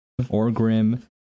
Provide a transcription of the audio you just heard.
Orgrim